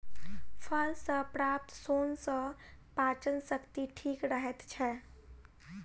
फल सॅ प्राप्त सोन सॅ पाचन शक्ति ठीक रहैत छै